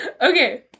Okay